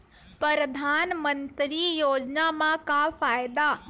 परधानमंतरी योजना म का फायदा?